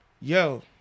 Yo